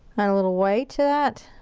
add a little white to that.